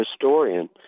historian